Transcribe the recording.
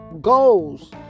goals